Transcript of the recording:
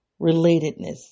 relatedness